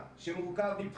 לא פחות מזה,